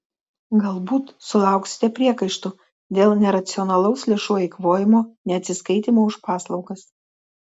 galbūt sulauksite priekaištų dėl neracionalaus lėšų eikvojimo neatsiskaitymo už paslaugas